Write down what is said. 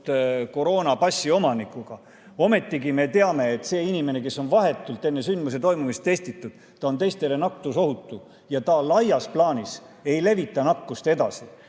koroonapassi omanikuga. Ometigi me teame, et see inimene, kes on vahetult enne sündmuse toimumist testitud, on teistele nakkusohutu ja ta laias plaanis ei levita nakkust edasi.